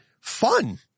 Fun